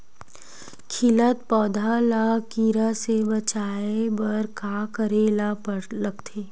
खिलत पौधा ल कीरा से बचाय बर का करेला लगथे?